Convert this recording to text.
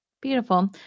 Beautiful